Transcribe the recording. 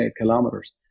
kilometers